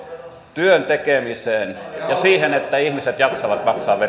työn tekemiseen ja siihen että ihmiset jaksavat